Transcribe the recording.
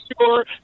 sure